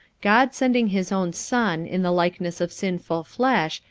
god sending his own son in the likeness of sinful flesh,